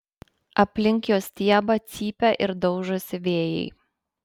aplink jo stiebą cypia ir daužosi vėjai